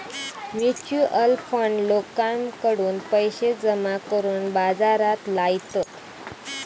mutual fund लोकांकडून पैशे जमा करून बाजारात लायतत